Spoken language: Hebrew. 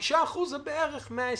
5% זה בערך 120 אנשים.